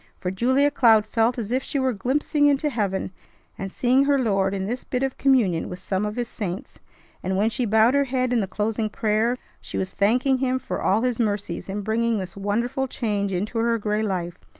for julia cloud felt as if she were glimpsing into heaven and seeing her lord in this bit of communion with some of his saints and, when she bowed her head in the closing prayer, she was thanking him for all his mercies in bringing this wonderful change into her gray life,